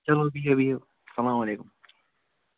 چلو بِہِو بِہِو السلام علیکُم